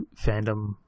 fandom